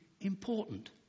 important